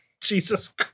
Jesus